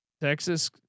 Texas